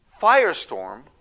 firestorm